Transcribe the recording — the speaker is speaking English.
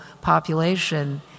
population